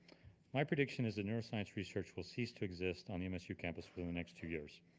my prediction is it neuroscience research will cease to exist on the msu campus for the next two years.